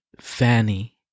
Fanny